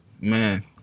man